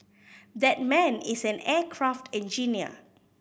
that man is an aircraft engineer